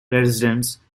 residents